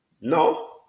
No